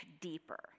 deeper